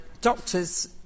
doctors